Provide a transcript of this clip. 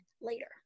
later